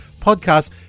podcast